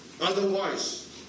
Otherwise